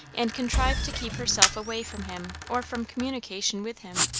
and contrived to keep herself away from him or from communication with him.